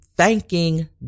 thanking